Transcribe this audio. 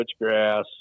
switchgrass